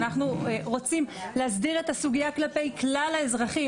אנחנו רוצים להסדיר את הסוגייה כלפי כלל האזרחים.